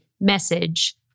message